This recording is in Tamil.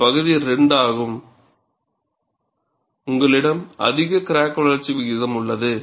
இது பகுதி 2 ஆகும் உங்களிடம் அதிக கிராக் வளர்ச்சி விகிதம் உள்ளது